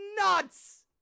nuts